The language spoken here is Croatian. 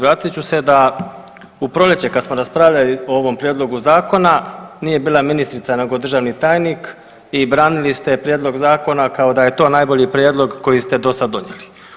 Vratit ću se da u proljeće kada smo raspravljali o ovom Prijedlogu zakona nije bila ministrica, nego državni tajnik i branili ste Prijedlog zakona kao da je to najbolji prijedlog koji ste do sada donijeli.